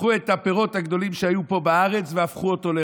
הפכו את הפירות הגדולים שהיו פה בארץ לרעה.